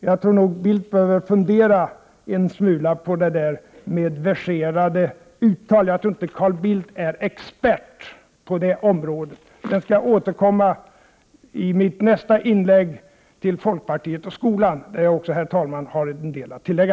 Jag tror att Carl Bildt behöver fundera en smula över verserade uttalanden. Jag tror inte att Carl Bildt är expert på detta område. Herr talman! Jag skall återkomma i nästa inlägg till folkpartiet och skolan, där jag har en del att tillägga.